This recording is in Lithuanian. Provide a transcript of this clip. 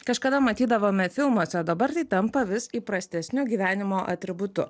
kažkada matydavome filmuose o dabar tai tampa vis įprastesniu gyvenimo atributu